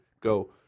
go